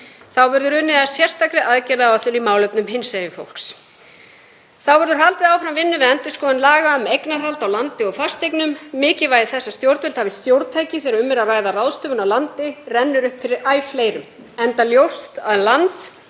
Þá verður unnið að sérstakri aðgerðaáætlun í málefnum hinsegin fólks. Haldið verður áfram vinnu við endurskoðun laga um eignarhald á landi og fasteignum. Mikilvægi þess að stjórnvöld hafi stjórntæki þegar um er að ræða ráðstöfun á landi rennur upp fyrir æ fleirum, enda ljóst að land